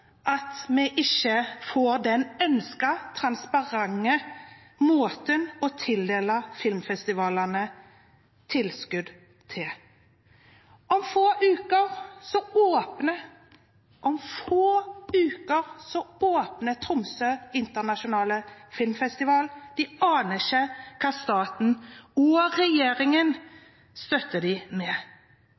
at vi ikke får den ønskede, transparente måten å tildele filmfestivalene tilskudd på. Om få uker – om få uker – åpner Tromsø Internasjonale Filmfestival. De aner ikke hva staten og regjeringen støtter dem med.